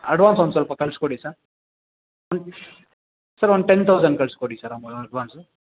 advance ಒಂದು ಸ್ವಲ್ಪ ಕಳಿಸ್ಕೊಡಿ ಸರ್ ಸರ್ ಒಂದು ಟೆನ್ ತೌಸಂಡ್ ಕಳಿಸ್ಕೊಡಿ ಸರ್ ಅಮ ಅಡ್ವಾನ್ಸ್